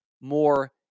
more